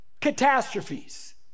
catastrophes